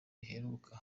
riheruka